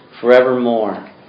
forevermore